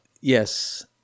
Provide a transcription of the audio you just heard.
Yes